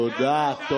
תודה.